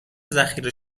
ذخیره